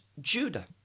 Judah